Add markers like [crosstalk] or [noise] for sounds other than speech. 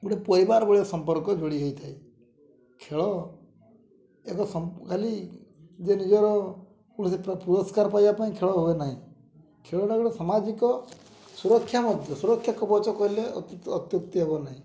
ଗୋଟେ ପରିବାର ଭଳିଆ ସମ୍ପର୍କ ଯୋଡ଼ି ହେଇଥାଏ ଖେଳ ଏକ [unintelligible] ଖାଲି ଯେ ନିଜର କୌଣସି ପୁରସ୍କାର ପାଇବା ପାଇଁ ଖେଳ ହୁଏ ନାହିଁ ଖେଳଟା ଗୋଟେ ସାମାଜିକ ସୁରକ୍ଷା ମଧ୍ୟ ସୁରକ୍ଷା କବଚ କହିଲେ ଅତ୍ୟୁକ୍ତି ହେବ ନାହିଁ